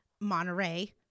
Monterey